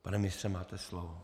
Pane ministře, máte slovo.